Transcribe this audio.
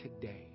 today